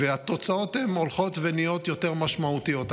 והתוצאות הולכות ונהיות יותר משמעותיות.